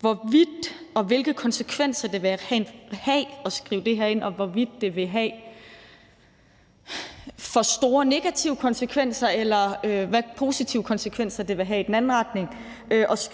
forhold til hvilke konsekvenser det vil have at skrive det her ind, og hvorvidt det vil have for store negative konsekvenser, eller hvilke positive konsekvenser det vil have i den anden retning, altså